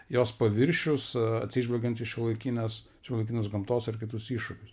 jos paviršius atsižvelgiant į šiuolaikines šiuolaikinius gamtos ir kitus iššūkius